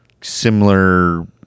Similar